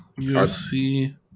UFC